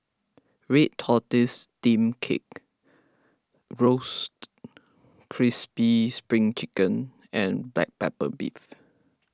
Red Tortoise Steamed Cake Roasted Crispy Spring Chicken and Black Pepper Beef